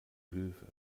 hilfe